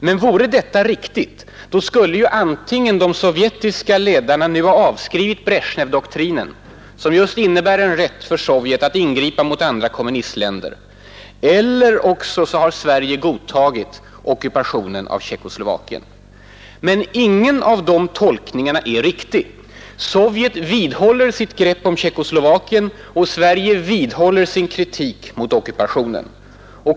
Men vore det riktigt skulle antingen de sovjetiska ledarna nu ha avskrivit Bresjnevdoktrinen, som just innebär en rätt för Sovjet att ingripa mot andra kommunistländer, eller också har Sverige godtagit ockupationen av Tjeckoslovakien. Ingen av de tolkningarna är riktig. Sovjet vidhåller sitt grepp om Tjeckoslovakien, och Sverige vidhåller sin kritik mot ockupationen.